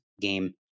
game